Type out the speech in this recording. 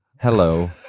hello